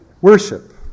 Worship